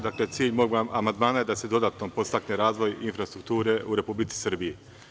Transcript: Dakle, cilj mog amandmana je da se dodatno podstakne razvoj infrastrukture u Republici Srbiji.